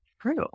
True